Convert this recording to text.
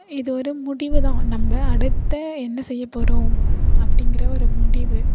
இது ஒரு முடிவுதான் நம்ம அடுத்த என்ன செய்யப்போகிறோம் அப்படிங்குற ஒரு முடிவு